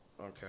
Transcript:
Okay